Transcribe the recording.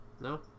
No